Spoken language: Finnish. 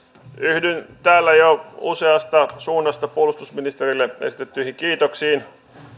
yhdyn täällä jo useasta suunnasta puolustusministerille esitettyihin kiitoksiin